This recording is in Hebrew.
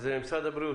משרד הבריאות